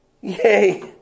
Yay